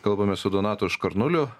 kalbamės su donatu škarnuliu